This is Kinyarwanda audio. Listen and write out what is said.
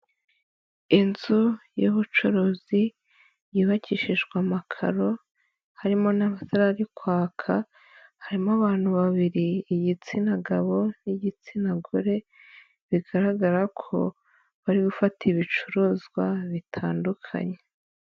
Inzu y'ubucuruzi yubakishijwe amakaro, harimo n'amatara ari kwaka, harimo abantu babiri igitsina gabo n'igitsina gore, bigaragara ko bari gufata ibicuruzwa bitandukanye.